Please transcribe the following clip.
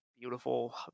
beautiful